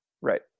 Right